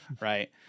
right